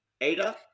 Ada